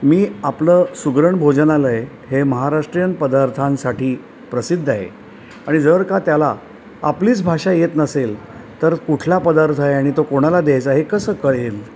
मी आपलं सुग्रण भोजनालय हे महाराष्ट्रीयन पदार्थांसाठी प्रसिद्ध आहे आणि जर का त्याला आपलीच भाषा येत नसेल तर कुठला पदार्थ आहे आणि तो कोणाला द्यायचा हे कसं कळेल